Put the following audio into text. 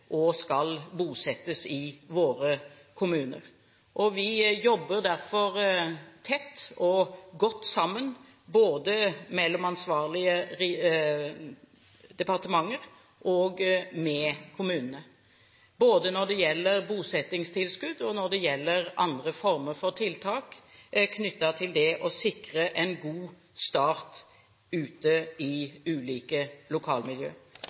og skal bosettes i våre kommuner. Vi jobber derfor tett og godt sammen – ansvarlige departementer og kommunene – både når det gjelder bosettingstilskudd, og når det gjelder andre former for tiltak knyttet til det å sikre en god start ute i ulike lokalmiljø.